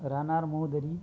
राहणार मोहदरी